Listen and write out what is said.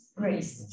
grace